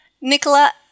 Nicola